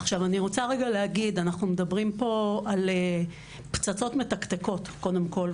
עכשיו אני רוצה רגע להגיד אנחנו מדברים פה על פצצות מתקתקות קודם כל,